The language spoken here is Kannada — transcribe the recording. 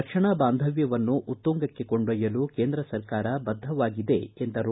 ರಕ್ಷಣಾ ಬಾಂಧ್ಯವ್ಯವನ್ನು ಉತ್ತುಂಗಕ್ಕೆ ಕೊಂಡಯ್ಕಲು ಕೇಂದ್ರ ಸರ್ಕಾರ ಬದ್ಧವಾಗಿದೆ ಎಂದರು